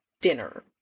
dinner